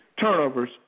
turnovers